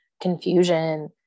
confusion